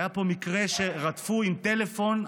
היה פה מקרה שרדפו עם טלפון,